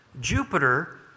Jupiter